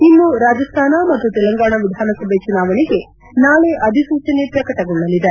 ಇನ್ನು ರಾಜಸ್ಥಾನ ಮತ್ತು ತೆಲಂಗಾಣ ವಿಧಾನಸಭೆ ಚುನಾವಣೆಗೆ ನಾಳೆ ಅಧಿಸೂಚನೆ ಪ್ರಕಟಗೊಳ್ಳಲಿದೆ